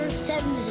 seven,